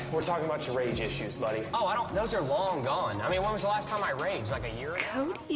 we're talking about your rage issues, buddy. oh, i don't those are long gone. i mean, when was the last time i raged? like, a year ago?